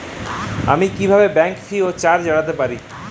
আমি কিভাবে bank fee এবং চার্জ এড়াতে পারি?